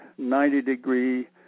90-degree